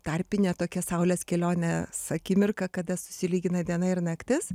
tarpinė tokia saulės kelionės akimirka kada susilygina diena ir naktis